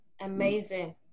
amazing